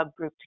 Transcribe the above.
subgroup